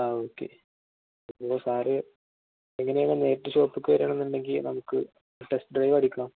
ആ ഓക്കെ അപ്പോള് സാര് എങ്ങനെയാണ് നേരിട്ട് ഷോപ്പിലേക്ക് വരികയാണെന്നുണ്ടെങ്കില് നമുക്ക് ടെസ്റ്റ് ഡ്രൈവ് അടിക്കാം